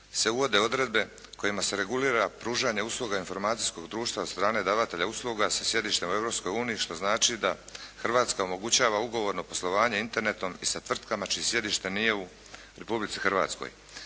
se uvode odredbe kojima se regulira pružanje usluga informacijskog društva od strane davatelja usluga sa sjedištem u Europskoj uniji, što znači da Hrvatska omogućava ugovorno poslovanje internetom i sa tvrtkama čije sjedište nije u Republici Hrvatskoj.